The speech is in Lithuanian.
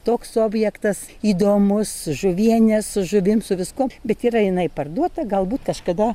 toks objektas įdomus žuvienės žuvim su viskuo bet yra jinai parduota galbūt kažkada